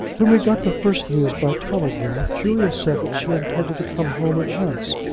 when we got the first news by telegraph, julia said that she intended to come home at once.